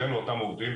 לשלם לאותם עובדים,